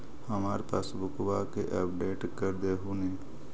हमार पासबुकवा के अपडेट कर देहु ने?